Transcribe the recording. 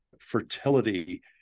fertility